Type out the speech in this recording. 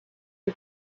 for